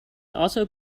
also